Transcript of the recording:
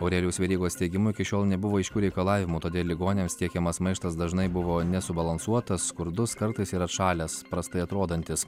aurelijaus verygos teigimu iki šiol nebuvo aiškių reikalavimų todėl ligoniams tiekiamas maištas dažnai buvo nesubalansuotas skurdus kartais ir atšalęs prastai atrodantis